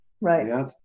Right